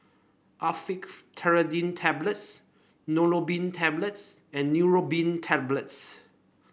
Actifed Triprolidine Tablets Neurobion Tablets and Neurobion Tablets